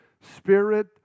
Spirit